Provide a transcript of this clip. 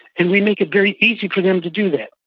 and we make it very easy for them to do that.